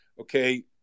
Okay